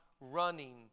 running